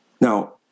Now